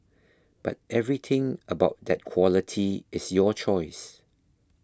but everything about that quality is your choice